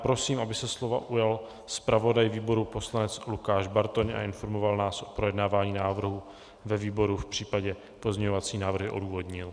Prosím, aby se slova ujal zpravodaj výboru poslanec Lukáš Bartoň a informoval nás o projednávání návrhu ve výboru, případné pozměňovací návrhy odůvodnil.